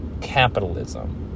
capitalism